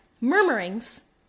murmurings